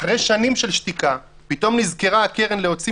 לפני כמה ימים אחרי שנים של שתיקה פתאום נזכרה הקרן להוציא